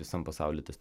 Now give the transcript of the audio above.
visam pasauly tas